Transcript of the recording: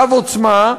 רב-עוצמה,